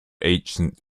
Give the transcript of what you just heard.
ancient